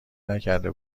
نکرده